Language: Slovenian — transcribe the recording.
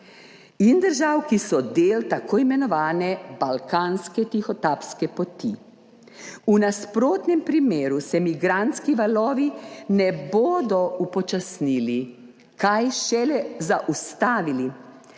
in držav, ki so del t. i. balkanske tihotapske poti. V nasprotnem primeru se migrantski valovi ne bodo upočasnili, kaj šele zaustavili,